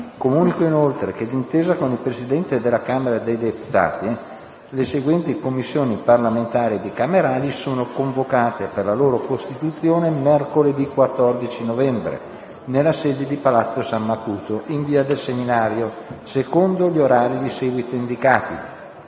Comunico inoltre che, d'intesa con il Presidente della Camera dei deputati, le seguenti Commissioni parlamentari bicamerali sono convocate per la loro costituzione mercoledì 14 novembre, nella sede di Palazzo San Macuto, in via del Seminario, secondo gli orari di seguito indicati: